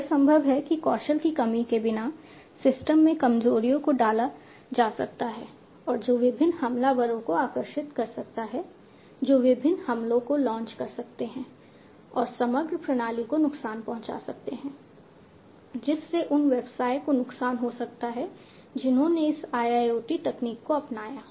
यह संभव है कि कौशल की कमी के बिना सिस्टम में कमजोरियों को डाला जा सकता है और जो विभिन्न हमलावरों को आकर्षित कर सकता है जो विभिन्न हमलों को लॉन्च कर सकते हैं और समग्र प्रणाली को नुकसान पहुंचा सकते हैं जिससे उन व्यवसाय को नुकसान हो सकता है जिन्होंने इस IIoT तकनीक को अपनाया